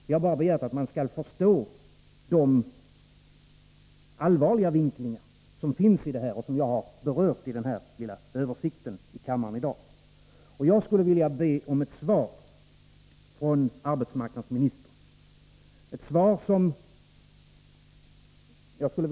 Vi har bara begärt att man skall förstå de allvarliga vinklingar som finns på dessa frågor som jag har berört i min översikt. Jag skulle vilja be om svar från arbetsmarknadsministern på ett par frågor.